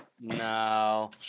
No